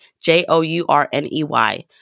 J-O-U-R-N-E-Y